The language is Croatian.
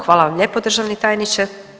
Hvala vam lijepo državni tajniče.